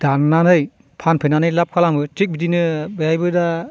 दाननानै फानफैनानै लाप खालामो थिक बिदिनो बेवहायबो दा